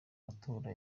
matora